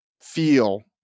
feel